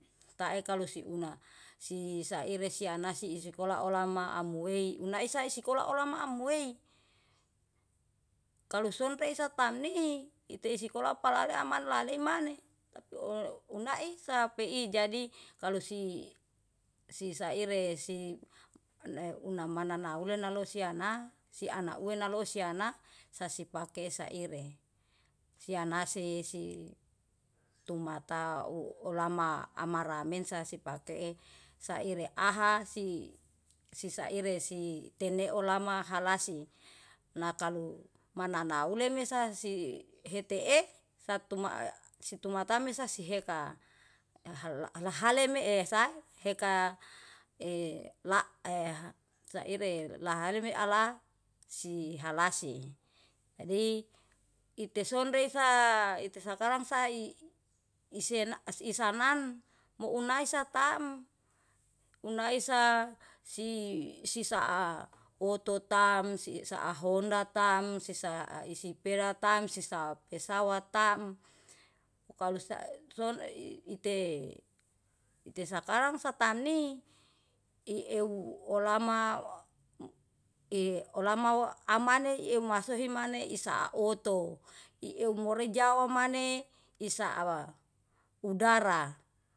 Stae kalu si una si saire, si anasi isikola olama amuei una isa isikola olama amuei. Kalu sonpe isa tamni, ite isikola palale amanlale maneh. Tapi on unai sape ijadi kalu si si saire si unamananau nalosie ana si ana ue nalosi si ana, sasi pake saire. Si anasi, si tumata u olama amara mensa sipake saire aha si saire si tenee olama halasi. Nakalu mananau lemesa si hetee saptu ma situmatame sasiheka, hal alahale meesa heka e la a saire lahale meala si halasi. Jadi itesonre sa, ite sakarang sai isen isanan muunaisa taem. Unaisa si si saa ototam, si saa honda tam, si saa isipeda tam, sisaa pesawat tam. Kalu sa so ite sakarang sa tamni i euw olama i olama wa amane euw mahsohimane isaa oto. Iew morejauw maneh, isaa udara.